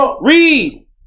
Read